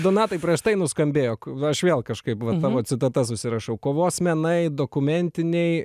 donatai prieš tai nuskambėjo k va aš vėl kažkaip va tavo citatas užsirašau kovos menai dokumentiniai